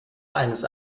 eines